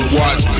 watch